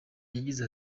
yagize